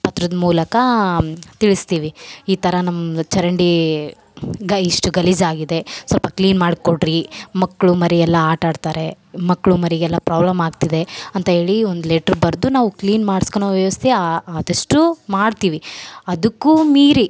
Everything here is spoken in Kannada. ಪತ್ರದ ಮೂಲಕ ತಿಳಿಸ್ತೀವಿ ಈ ಥರ ನಮ್ಮ ಚರಂಡೀ ಇಷ್ಟು ಗಲೀಜಾಗಿದೆ ಸ್ವಲ್ಪ ಕ್ಲೀನ್ ಮಾಡ್ಕೊಡ್ರಿ ಮಕ್ಕಳು ಮರಿಯೆಲ್ಲ ಆಟ ಆಡ್ತಾರೆ ಮಕ್ಕಳು ಮರಿಗೆಲ್ಲ ಪ್ರಾಬ್ಲಮ್ ಆಗ್ತಿದೆ ಅಂತ ಹೇಳಿ ಒಂದು ಲೆಟ್ರ್ ಬರೆದು ನಾವು ಕ್ಲೀನ್ ಮಾಡಿಸ್ಕೊಳೋ ವ್ಯವಸ್ಥೆಯ ಆದಷ್ಟು ಮಾಡ್ತೀವಿ ಅದಕ್ಕೂ ಮೀರಿ